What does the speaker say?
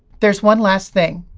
there's one last thing.